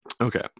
Okay